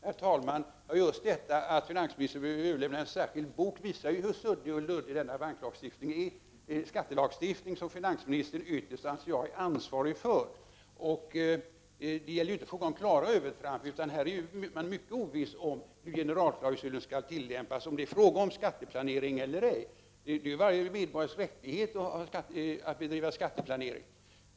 Herr talman! Just det faktum att finansministern vill överlämna en särskild bok visar hur suddig och luddig banklagstiftningen är. Det är en skattelagstiftning som jag anser att ytterst finansministern är ansvarig för. Det gäller inte klara övertramp, utan det gäller att det är mycket ovisst hur generalklausulen skall tillämpas och om det är fråga om skatteplanering eller ej. Det är varje medborgares rättighet att bedriva skatteplanering.